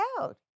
out